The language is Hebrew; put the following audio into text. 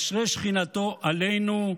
משרה שכינתו עלינו,